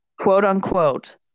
quote-unquote